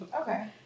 Okay